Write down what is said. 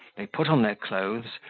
they put on their clothes,